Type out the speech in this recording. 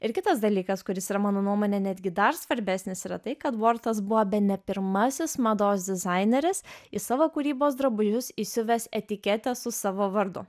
ir kitas dalykas kuris yra mano nuomone netgi dar svarbesnis yra tai kad vortas buvo bene pirmasis mados dizaineris į savo kūrybos drabužius įsiuvęs etiketę su savo vardu